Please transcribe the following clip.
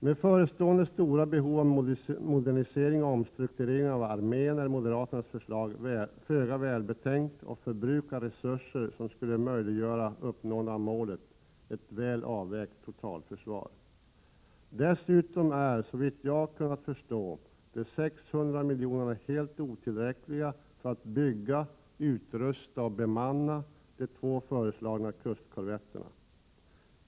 Med förestående stora behov av modernisering och omstrukturering av armén är moderaternas förslag föga välbetänkt och förbrukar resurser som skulle möjliggöra uppnåendet av målet, ett väl avvägt totalförsvar. Dessutom är, såvitt jag har kunnat förstå, de 600 miljonerna helt otillräckliga för att bygga, utrusta och bemanna de två föreslagna kustkorvetterna.